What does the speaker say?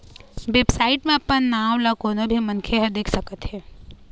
website म अपन नांव ल कोनो भी मनखे ह देख सकत हे